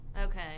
okay